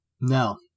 No